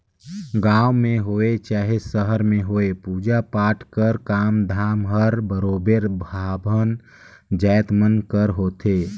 गाँव में होए चहे सहर में होए पूजा पाठ कर काम धाम हर बरोबेर बाभन जाएत मन कर होथे